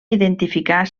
identificar